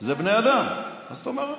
זה בני אדם, מה זאת אומרת?